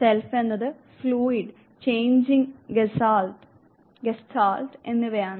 self എന്നത് fluid changing gestalt എന്നിവയാണ്